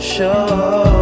Show